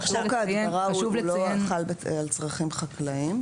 חוק ההדברה הוא לא חל על צרכים חקלאיים,